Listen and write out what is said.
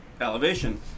elevation